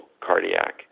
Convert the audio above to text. cardiac